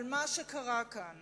אבל מה שקרה כאן